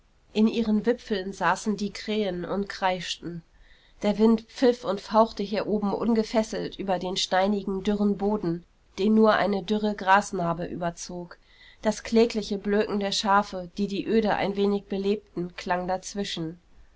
in ihren wipfeln saßen die krähen und kreischten der wind pfiff und fauchte hier oben ungefesselt über den steinigen dürren boden den nur eine dürre grasnarbe überzog das klägliche blöken der schafe die die öde ein wenig belebten klang dazwischen